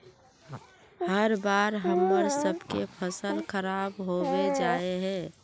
हर बार हम्मर सबके फसल खराब होबे जाए है?